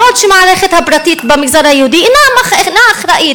בעוד המערכת הפרטית במגזר היהודי אינה אחראית.